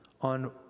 on